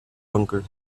bunker